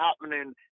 happening